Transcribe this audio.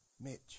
Mitch